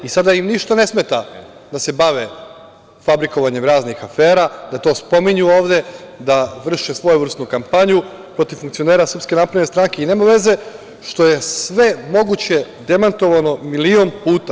Sada im ništa ne smeta da se bave fabrikovanjem raznih afera, da to spominju ovde, da vrše svojevrsnu kampanju protiv funkcionera SNS i nema veze što je sve moguće demantovano milion puta.